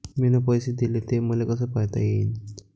मिन पैसे देले, ते मले कसे पायता येईन?